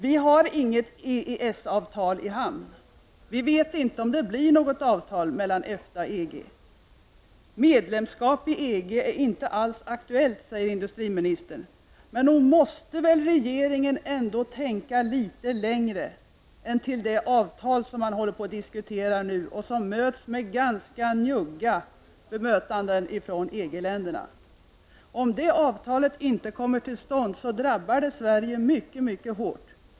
Vi har inget EES-avtal i hamn, och vi vet inte om det blir något avtal mellan EFTA och EG. Medlemskap i EG är inte alls aktuellt, säger industriministern. Men nog måste väl regeringen ändå tänka litet längre än till det avtal man nu håller på att diskutera och som får ett ganska njuggt bemötande från EG-länderna. Om det avtalet inte kommer till stånd, drabbar det Sverige mycket, mycket hårt.